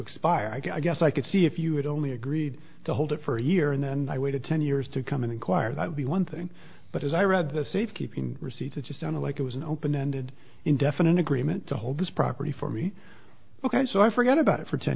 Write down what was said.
expire i guess i could see if you had only agreed to hold it for a year and then i waited ten years to come and inquire that would be one thing but as i read the safe keeping receipts it just sounded like it was an open ended indefinite agreement to hold this property for me ok so i forgot about it for ten